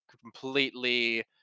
completely